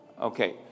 Okay